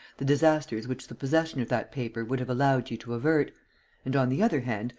the disasters which the possession of that paper would have allowed you to avert and, on the other hand,